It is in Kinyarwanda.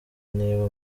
niba